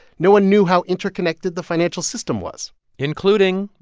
no one knew how interconnected the financial system was including,